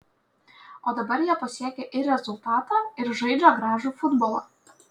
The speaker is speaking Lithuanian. o dabar jie pasiekia ir rezultatą ir žaidžia gražų futbolą